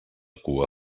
cua